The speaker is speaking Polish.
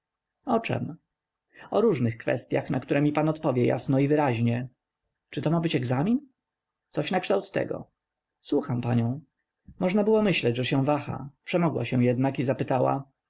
o czem o różnych kwestyach na które mi pan odpowie jasno i wyraźnie czy to ma być egzamin coś nakształt tego słucham panią można było myśleć że się waha przemogła się jednak i zapytała